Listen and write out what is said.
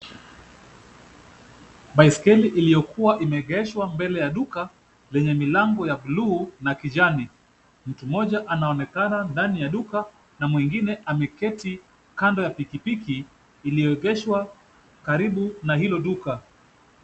Baiskeli iliyokuwa imeegeshwa mbele ya duka lenye milango ya buluu na kijani. Mtu mmoja anaonekana ndani ya duka na mwingine ameketi kando ya piki piki iliyoegeshwa karibu na hiyo duka.